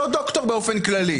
לא דוקטור באופן כללי